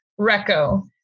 reco